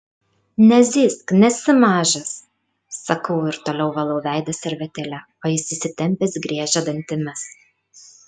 nezyzk nesi mažas sakau ir toliau valau veidą servetėle o jis įsitempęs griežia dantimis